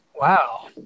Wow